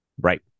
Right